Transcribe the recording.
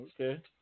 Okay